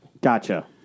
Gotcha